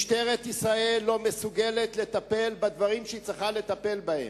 משטרת ישראל לא מסוגלת לטפל בדברים שהיא צריכה לטפל בהם.